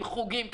חוגים,